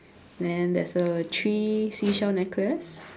then there's a three seashell necklace